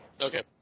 Okay